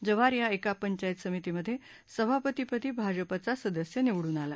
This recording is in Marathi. जव्हार या एका पंचायत समितीमध्ये सभापतीपदी भाजपचा सदस्य निवडून आला